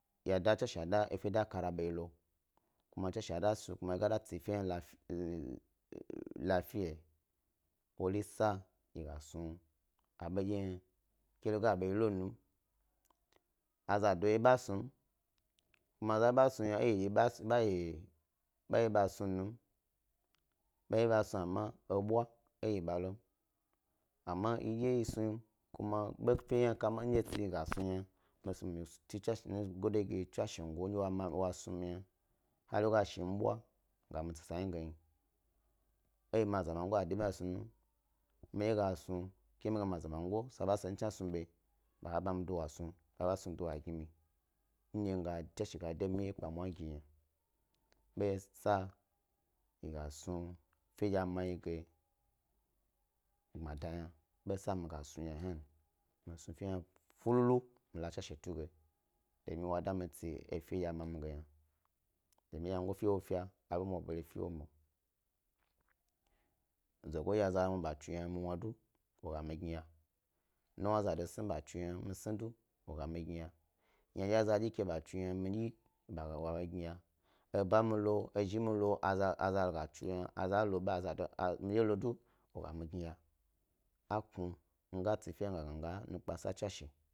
Ya da tswashe wo da efe da kara ɓo ɓeyi lo kuma tswashe wo ɗa snu kuma yi ga da tsi efe hna la n lafiya wori sa yi gas nu abo dye hna ke lo ga ɓa yi lonum, azado yeyo be snu, kuma ɓa snu yna eyi ba ye basnu numb a ye bas nu amma ebwa yi ɓa lonum, amma yi dye yi snu kuma a bo khikhiri yi snu yi gas nu yna, yi snu yi ti tswashen yi gode gi tswashengo wa snu. Miyna har wo ga sh mubwa ga mi tsi esa hna ge nyi, eyi ge mazamago yi ba de ɓ hna snu nun, mi gas nu ke mi ga ma zamagoyi se ba chi sonyi snu ɓe, baba bmya mi dowar snu, ɓaɓa snu du gi mi ndye tswashe ga de mi wyewye kpamwa gi yna bas a yi gas nu fe a mayi ge yi gas nu gbmada, mi gas nu fen dye a ma mi ge gna hna, mi snu fe hna fululu mi la tswashe tug e domin wa da mi tsi efe ndye a ma mi ge yna domin wyegofe ndye fe abo mwabare fe ewo niyi lo zogo ndye azawnu ba tsugna mi wnu do wo ga mi gnaya, nuwna ndye a zawnu ba tsugna mi wnu do wo ga mi gnaya, nuwna ndye a zado sni ba tsu yna mi sni do wo ga mi gnaya, yanadyi ndye azado dyi ba tsu yna mi dyi do wo ga mi gnaya, aba mi lo ezhi milo, a za aza ga tsu yna, midye lo do wo ga mi gnaya, aknu ndye ga tsi efe hna ngna miga nukpe sa tswash.